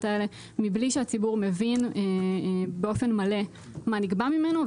האלה בלי שהציבור מבין באופן מלא מה נגבה ממנו.